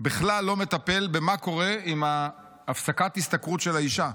בכלל לא מטפל במה קורה עם הפסקת ההשתכרות של האישה.